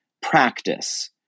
practice